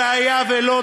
והיה ולא,